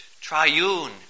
triune